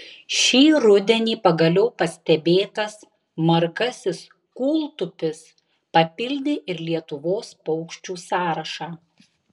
šį rudenį pagaliau pastebėtas margasis kūltupis papildė ir lietuvos paukščių sąrašą